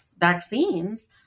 vaccines